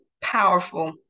powerful